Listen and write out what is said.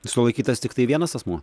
sulaikytas tiktai vienas asmuo